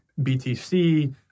BTC